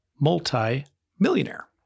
multi-millionaire